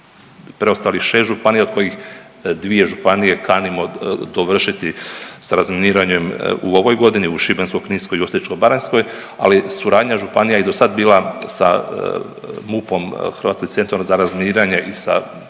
preostalih 6 županija od kojih 2 županije kanimo dovršiti sa razminiranjem u ovoj godini, u Šibensko-kninskoj i Osječko-baranjskoj. Ali suradnja županija je i do sad bila sa MUP-om, Hrvatskim centrom za razminiranje i sa